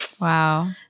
Wow